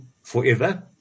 forever